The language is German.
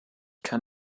kann